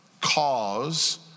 cause